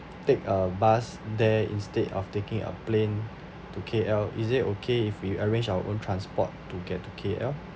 take a bus there instead of taking a plane to K_L is it okay if we arrange our own transport to get to K_L